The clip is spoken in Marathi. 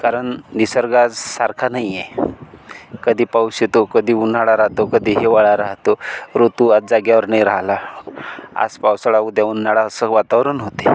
कारण निसर्ग आज सारखा नाही आहे कधी पाऊस येतो कधी उन्हाळा राहतो कधी हिवाळा राहतो ऋतू आज जाग्यावर नाही राहिला आज पावसाळा उद्या उन्हाळा असं वातावरण होते